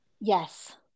yes